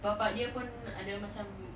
bapa dia pun ada macam